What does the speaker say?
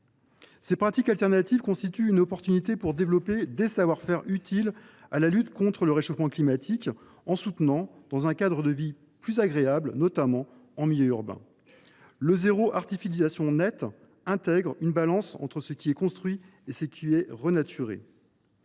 Ces pratiques alternatives permettront de développer des savoir faire utiles à la lutte contre le réchauffement climatique en soutenant un cadre de vie plus agréable, notamment en milieu urbain. Le « zéro artificialisation nette » repose sur un équilibre entre ce qui est construit et ce qui est renaturé